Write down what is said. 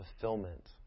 fulfillment